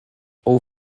all